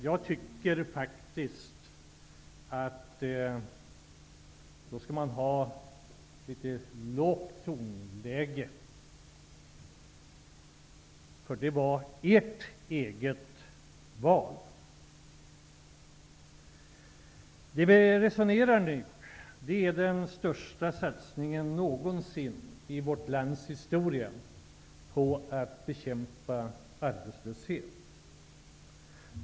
Jag tycker faktiskt att man skall hålla ett lågt tonläge i detta fall. Det var ert eget val. Vi resonerar nu om den största satsningen någonsin i vårt lands historia på att bekämpa arbetslösheten.